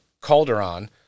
Calderon